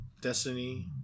Destiny